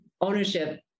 ownership